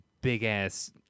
big-ass